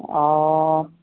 অঁ